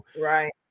Right